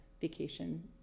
vacation